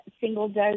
single-dose